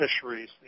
fisheries